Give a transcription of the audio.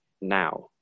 now